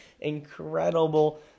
incredible